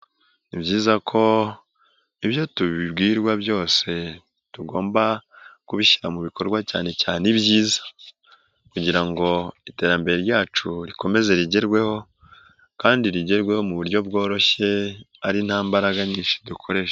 Ni byiza ko ibyo tubibwirwa byose tugomba kubishyira mu bikorwa cyane cyane ibyiza kugira ngo iterambere ryacu rikomeze rigerweho kandi rigerweho mu buryo bworoshye ari ntambaraga nyinshi dukoresheje.